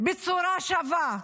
בצורה שווה,